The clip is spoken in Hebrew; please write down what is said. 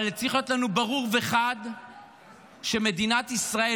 אבל צריך להיות לנו ברור וחד שמדינת ישראל